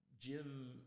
Jim